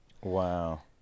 Wow